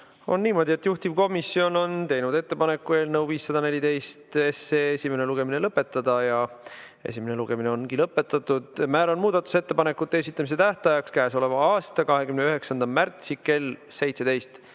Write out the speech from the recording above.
on niimoodi, et juhtivkomisjon on teinud ettepaneku eelnõu 514 esimene lugemine lõpetada ja esimene lugemine ongi lõpetatud. Määran muudatusettepanekute esitamise tähtajaks käesoleva aasta 29. märtsi kell 17.15.